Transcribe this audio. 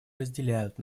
разделяют